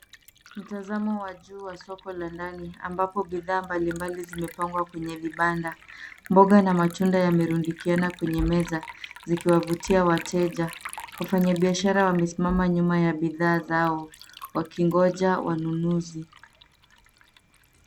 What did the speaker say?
Mtazamo wa juu wa soko la ndani ambapo bidhaa mbalimbali zimepangwa kwenye vibanda. Mboga na matunda yamerundikiana kwenye meza, zikiwavutia wateja. Wafanyibiashara wamesimama nyuma ya bidhaa zao, wakingoja wanunuzi.